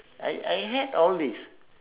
I I had all these